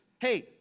Hey